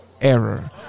error